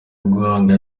guhanga